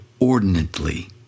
ordinately